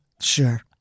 Sure